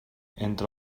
entre